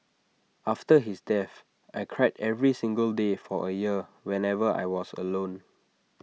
after his death I cried every single day for A year whenever I was alone